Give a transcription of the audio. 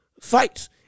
fights